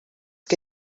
que